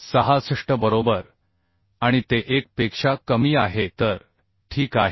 66 बरोबर आणि ते 1 पेक्षा कमी आहे तर ठीक आहे